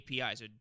APIs